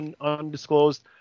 undisclosed